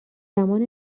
زمان